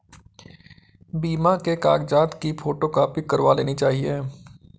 बीमा के कागजात की फोटोकॉपी करवा लेनी चाहिए